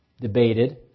debated